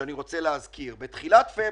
שאני רוצה להזכיר הוא שבתחילת פברואר,